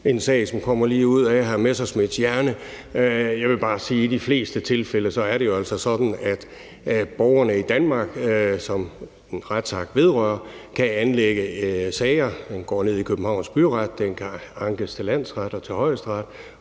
en sag, som kommer lige ud af hr. Morten Messerschmidts hjerne. Jeg vil bare sige, at i de fleste tilfælde er det altså sådan, at borgerne i Danmark, som en retsakt vedrører, kan anlægge sager. De går ned i Københavns Byret. De kan ankes til landsretten og til Højesteret